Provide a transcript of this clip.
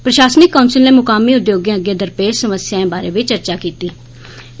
प्रशासनिक काउंसल नै मुकामी उद्योगें अग्गे दरपेश समस्याएं बारै गी चर्चा कीती ऐ